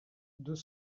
deux